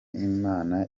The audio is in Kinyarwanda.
imana